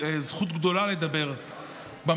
שזו זכות גדולה לדבר במשכן.